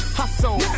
hustle